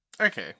Okay